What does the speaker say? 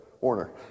Warner